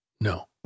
no